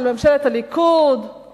של ממשלת הליכוד,